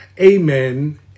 Amen